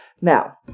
Now